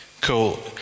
Cool